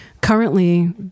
Currently